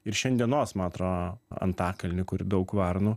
ir šiandienos man atrodo antakalnį kur daug varnų